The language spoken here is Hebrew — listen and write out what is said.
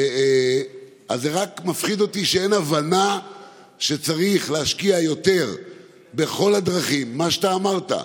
זה רק מפחיד אותי שאין הבנה שצריך להשקיע יותר בכל הדרכים שאתה אמרת.